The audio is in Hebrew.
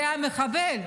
זה מחבל,